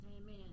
Amen